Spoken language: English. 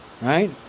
right